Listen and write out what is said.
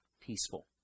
peaceful